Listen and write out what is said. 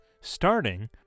Starting